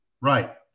right